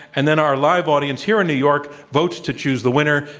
and then our live audience here in new york votes to choose the winner,